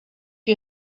you